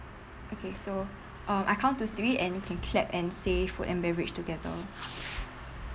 okay so uh I count to three and we can clap and say food and beverage together